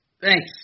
Thanks